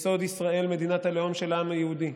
ישראל, מדינת הלאום של העם היהודי,